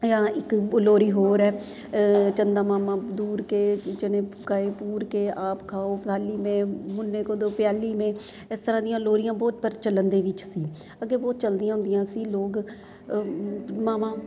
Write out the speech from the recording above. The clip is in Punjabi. ਜਾਂ ਇੱਕ ਲੋਰੀ ਹੋਰ ਹੈ ਚੰਦਾ ਮਾਮਾ ਦੂਰ ਕੇ ਚਣੇ ਪਕਾਏ ਪੂਰ ਕੇ ਆਪ ਖਾਓ ਥਾਲੀ ਮੇ ਮੁੰਨੇ ਕੋ ਦੋ ਪਿਆਲੀ ਮੇ ਇਸ ਤਰ੍ਹਾਂ ਦੀਆਂ ਲੋਰੀਆਂ ਬਹੁਤ ਪ੍ਰਚਲਣ ਦੇ ਵਿੱਚ ਸੀ ਅੱਗੇ ਬਹੁਤ ਚੱਲਦੀਆਂ ਹੁੰਦੀਆਂ ਸੀ ਲੋਕ ਮਾਵਾਂ